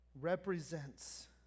represents